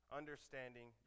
understanding